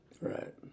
Right